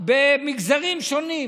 במגזרים שונים